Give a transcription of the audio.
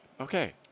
Okay